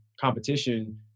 competition